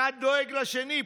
אחד דואג לשני,